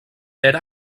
era